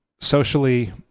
socially